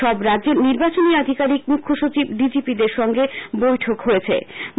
সব রাজ্যের নির্বাচনী আধিকারিক মুখ্যসচিব ডিজিপিদের সঙ্গে বৈঠক হয়েছে